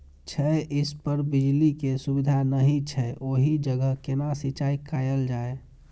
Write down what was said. छै इस पर बिजली के सुविधा नहिं छै ओहि जगह केना सिंचाई कायल जाय?